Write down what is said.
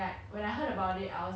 do you get paid for it